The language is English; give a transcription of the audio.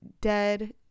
dead